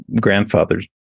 grandfather's